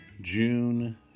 June